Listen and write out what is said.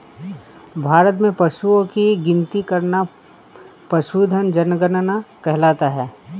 भारत में पशुओं की गिनती करना पशुधन जनगणना कहलाता है